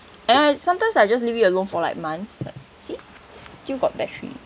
and I sometimes I just leave it alone for like months like see still got battery